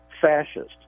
fascist